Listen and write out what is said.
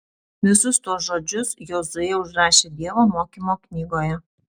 visus tuos žodžius jozuė užrašė dievo mokymo knygoje